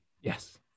Yes